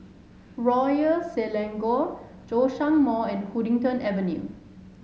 Royal Selangor Zhongshan Mall and Huddington Avenue